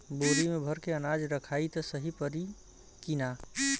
बोरी में भर के अनाज रखायी त सही परी की ना?